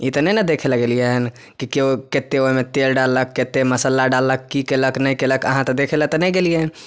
ई तऽ नहि ने देखै लऽ गेलियै हन कि केओ कते ओहिमे तेल डाललक कते मसल्ला डाललक कि केलक नहि केलक अहाँ तऽ देखै लऽ तऽ नहि गेलियै